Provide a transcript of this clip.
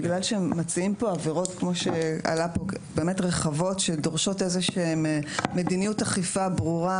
כיוון שהם מציעים פה עבירות באמת רחבות הדורשות מדיניות אכיפה ברורה,